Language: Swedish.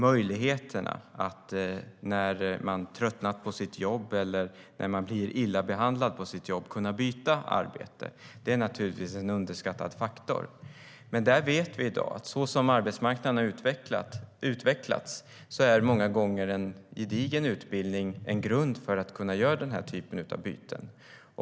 När man har tröttnat på sitt jobb eller om man blir illa behandlad på jobbet är möjligheterna att byta arbete naturligtvis en underskattad faktor. Som arbetsmarknaden har utvecklats är en gedigen utbildning en grund för att kunna göra den här typen av byte.